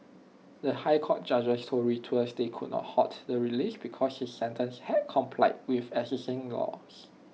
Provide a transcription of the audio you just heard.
the High Court judges told Reuters they could not halt the release because his sentence had complied with existing laws